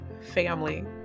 family